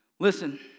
Listen